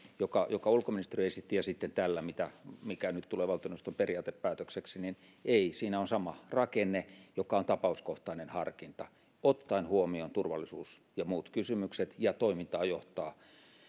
jonka ulkoministeriö esitti ja sitten tällä mikä nyt tulee valtioneuvoston periaatepäätökseksi ei siinä on sama rakenne joka on tapauskohtainen harkinta ottaen huomioon turvallisuus ja muut kysymykset ja toimintaa johtaa